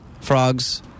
Frogs